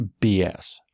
BS